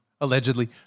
Allegedly